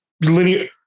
linear